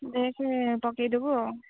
ଦେଖ ପକାଇ ଦେବୁ ଆଉ